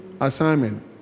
assignment